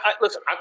listen